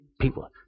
people